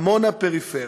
עמונה, פריפריה".